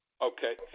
Okay